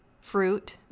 fruit